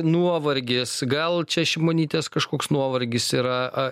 nuovargis gal čia šimonytės kažkoks nuovargis yra